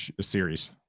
series